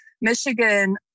Michigan